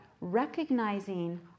recognizing